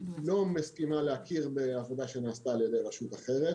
היא לא מסכימה להכיר בעבודה שנעשתה על ידי רשות אחרת